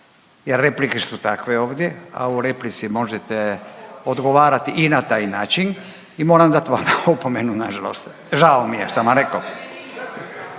jer replike su takve ovdje, a u replici možete odgovarati i na taj način. I moram dat vama opomenu na žalost. Žao mi je, sam vam rekao.